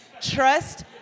Trust